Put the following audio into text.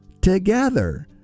together